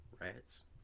rats